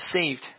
saved